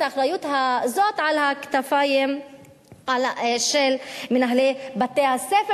האחריות הזאת על הכתפיים של מנהלי בתי-הספר,